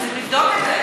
אז צריך לבדוק את זה.